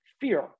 fear